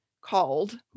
called